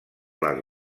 les